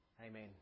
Amen